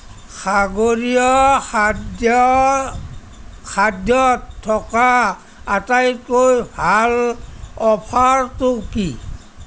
সাগৰীয় খাদ্য় খাদ্যত থকা আটাইতকৈ ভাল অফাৰটো কি